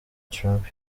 trump